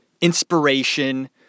Inspiration